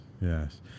yes